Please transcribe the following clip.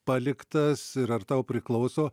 paliktas ir ar tau priklauso